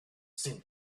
seemed